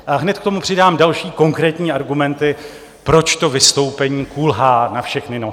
A hned k tomu přidám další konkrétní argumenty, proč to vystoupení kulhá na všechny nohy.